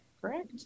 Correct